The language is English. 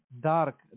dark